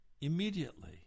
immediately